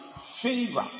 favor